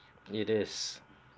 it is